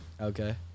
Okay